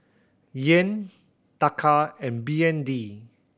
Yen Taka and B N D